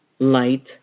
Light